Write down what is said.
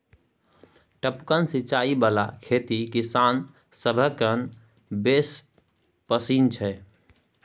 टपकन सिचाई बला खेती किसान सभकेँ बेस पसिन छै